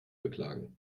beklagen